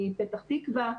מפתח תקווה,